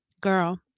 girl